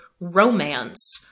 romance